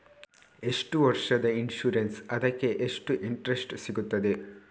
ಎಷ್ಟು ವರ್ಷದ ಇನ್ಸೂರೆನ್ಸ್ ಅದಕ್ಕೆ ಎಷ್ಟು ಇಂಟ್ರೆಸ್ಟ್ ಸಿಗುತ್ತದೆ?